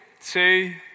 two